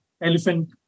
elephant